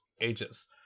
ages